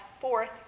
fourth